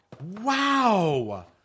Wow